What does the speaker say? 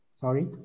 Sorry